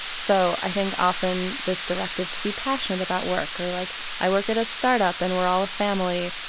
so i think often this directive to be passionate about work or like i work at a startup, and we're all family.